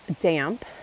damp